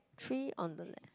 three on the left